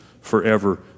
forever